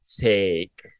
take